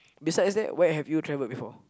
besides that where have you travelled before